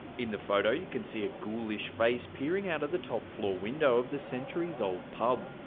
in the photo, you can see a ghoulish face peering out of the top floor window of the centuries old pub.